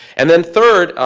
and then, third,